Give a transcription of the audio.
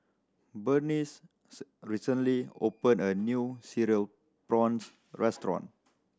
Berneice recently opened a new Cereal Prawns restaurant